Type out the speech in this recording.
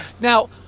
Now